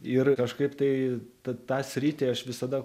ir kažkaip tai tą sritį aš visada